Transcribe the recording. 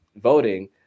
voting